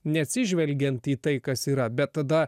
neatsižvelgiant į tai kas yra bet tada